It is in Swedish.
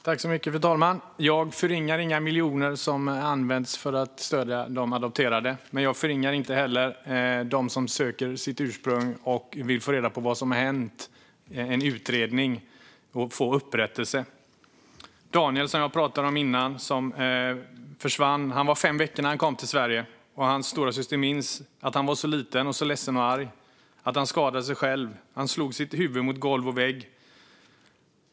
Fru talman! Jag förringar inga miljoner som används för att stödja de adopterade. Jag förringar heller inte dem som söker sitt ursprung, som vill få reda på vad som har hänt, som vill ha en utredning och som vill få upprättelse. Daniel, som jag pratade om tidigare, var fem veckor när han kom till Sverige. Hans storasyster minns. Han var så liten och så ledsen och arg att han skadade sig själv genom att slå sitt huvud mot golv och vägg.